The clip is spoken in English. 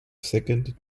second